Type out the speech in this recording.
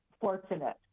fortunate